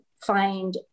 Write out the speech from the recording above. find